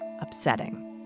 upsetting